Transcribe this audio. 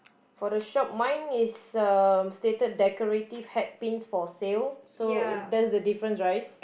for the shop mine is um stated decorative hat pins for sale so is there is the difference right